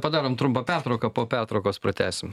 padarom trumpą pertrauką po pertraukos pratęsim